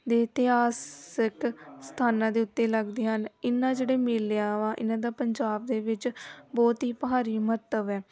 ਦੇ ਇਤਿਹਾਸਿਕ ਸਥਾਨਾਂ ਦੇ ਉੱਤੇ ਲੱਗਦੇ ਹਨ ਇਹਨਾਂ ਜਿਹੜੇ ਮੇਲਿਆਂ ਵਾ ਇਨ੍ਹਾਂ ਦਾ ਪੰਜਾਬ ਦੇ ਵਿੱਚ ਬਹੁਤ ਹੀ ਭਾਰੀ ਮਹੱਤਵ ਹੈ